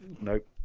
Nope